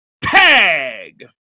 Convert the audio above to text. tag